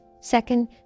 Second